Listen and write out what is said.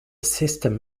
system